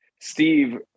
Steve